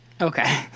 Okay